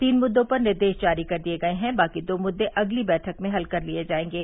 तीन मुद्दों पर निर्देश जारी कर दिये गये हैं बाकी दो मुद्दे अगली बैठक में हल किये जायेंगे